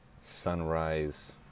sunrise